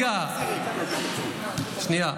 רגע, שנייה.